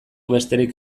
besterik